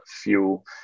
fuel